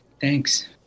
thanks